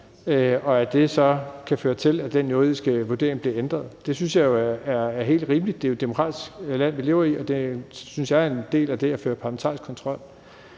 og at det så kan føre til, at den juridiske vurdering bliver ændret, er helt rimeligt. Det er jo et demokratisk land, vi lever i, og det er, synes jeg, en del af det at føre parlamentarisk kontrol.